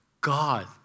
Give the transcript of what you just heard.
God